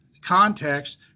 context